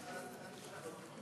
אז אל תשלח לוטו היום.